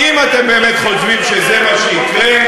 אם אתם באמת חושבים שזה מה שיקרה,